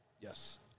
Yes